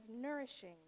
nourishing